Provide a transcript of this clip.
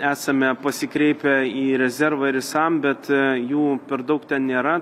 esame pasikreipę į rezervą ir į sam bet jų per daug ten nėra